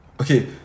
okay